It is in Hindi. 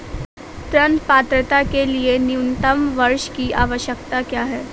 ऋण पात्रता के लिए न्यूनतम वर्ष की आवश्यकता क्या है?